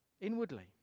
inwardly